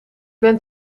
ben